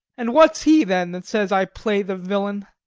and what's he, then, that says i play the villain?